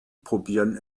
probieren